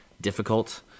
difficult